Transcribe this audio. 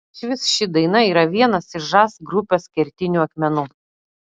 išvis ši daina yra vienas iš žas grupės kertinių akmenų